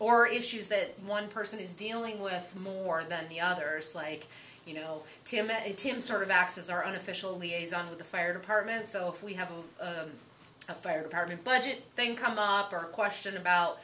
or issues that one person is dealing with more than the others like you know tim and tim sort of acts as our unofficial liaison with the fire department so if we have a fire department budget thing come up or question about